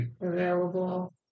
available